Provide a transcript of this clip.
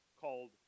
called